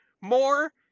more